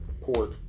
port